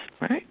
right